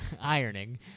Ironing